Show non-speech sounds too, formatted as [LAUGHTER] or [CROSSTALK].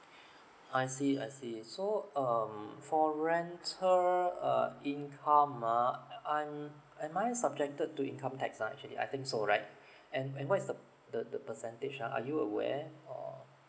I see I see so um for rental err income ah [NOISE] I'm am I subjected to income tax ah actually I think so right and and what is the the the percentage ah are you aware or